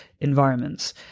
environments